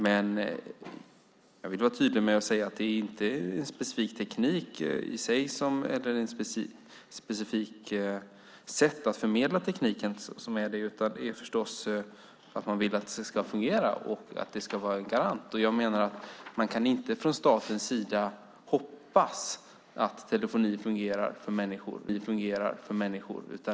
Men jag vill vara tydlig med att det inte är en speciell teknik eller ett specifikt sätt att förmedla tekniken som jag vill slå vakt om, utan det viktiga är att det ska finnas en garanti för att det fungerar. Man kan inte från statens sida bara hoppas att telefonin för människor fungerar.